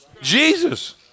Jesus